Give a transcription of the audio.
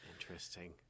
Interesting